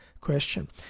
question